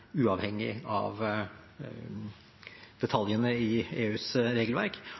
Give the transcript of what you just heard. uavhengig av detaljene i EUs regelverk,